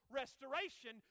restoration